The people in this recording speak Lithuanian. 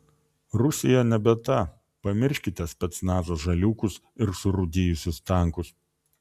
rusija nebe ta pamirškite specnazo žaliūkus ir surūdijusius tankus